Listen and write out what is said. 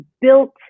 built